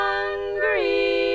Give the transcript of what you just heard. Hungry